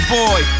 boy